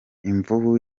imvubu